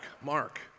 Mark